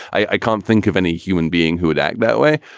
i can't think of any human being who would act that way.